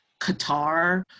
Qatar